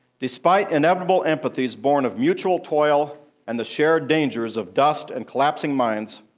despite inevitable empathies born of mutual toil and the shared dangers of dust and collapsing mines,